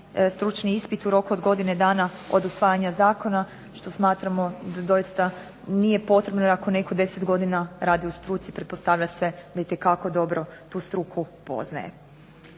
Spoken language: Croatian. stručni ispit u roku od godine dana od usvajanja zakona što smatramo da doista nije potrebno, jer ako netko 10 godina radi u struci pretpostavlja se da itekako dobro tu struku poznaje.